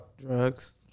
Drugs